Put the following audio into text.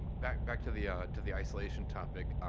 back back to the ah to the isolation topic,